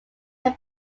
have